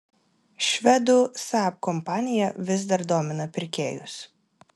švedų saab kompanija vis dar domina pirkėjus